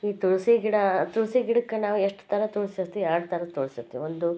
ಈ ತುಳಸಿ ಗಿಡ ತುಳಸಿ ಗಿಡಕ್ಕೆ ನಾವು ಎಷ್ಟು ಥರ ತುಳಸಿ ಇರ್ತವೆ ಎರಡು ಥರ ತುಳಸಿ ಇರ್ತವೆ ಒಂದು